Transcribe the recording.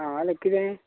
आं आनी कितें